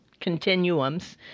continuums